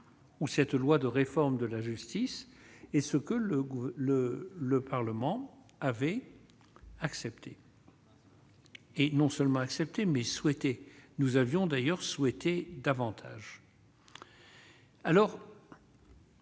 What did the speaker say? ou cette loi de réforme de la justice est ce que le le le Parlement avait accepté. Et non seulement acceptée mais souhaitée, nous avions d'ailleurs souhaité davantage.